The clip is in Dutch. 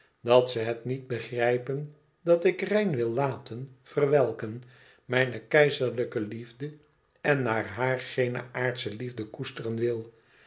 dat ze het niet begrijpen dat ik rein wil laten verwelken mijne keizerlijke liefde en na haar geene aardsche liefde koesteren wil